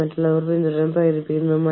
പല സംഘടനകളും ഇത് അനുവദിക്കുന്നുമുണ്ട്